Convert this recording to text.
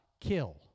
kill